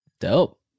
dope